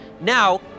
Now